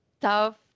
tough